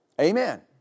Amen